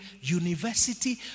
university